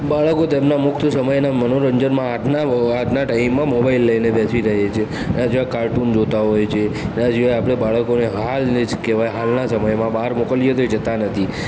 બાળકો તેમના મુખ્ય સમયના મનોરંજનમાં આજના આજના ટાઈમમાં મોબાઈલ લઈને બેસી રહે છે એના સિવાય કાર્ટૂન જોતા હોય છે એના સિવાય આપણે બાળકોને હાલની જ કહેવાય હાલના સમયમાં બહાર મોકલીએ તો એ જતાં નથી